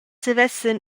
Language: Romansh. savessen